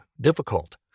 difficult